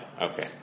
Okay